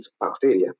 bacteria